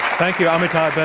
thank you, amitai but